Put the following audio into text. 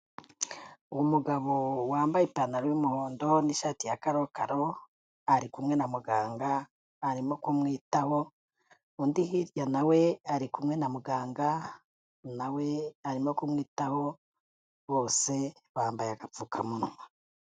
Umugabo wambaye ipantaro y'umuhondo n'ishati ya karokaro ari kumwe na muganga arimo kumwitaho, undi hirya nawe ari kumwe na muganga nawe arimo kumwitaho, bose bambaye agapfukamunwa.